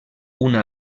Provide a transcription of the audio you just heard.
una